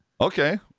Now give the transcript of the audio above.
Okay